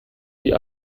sie